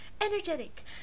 energetic